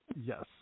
yes